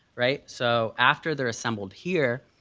right? so after they're assembled here,